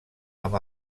amb